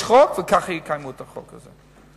יש חוק, וככה יקיימו את החוק הזה.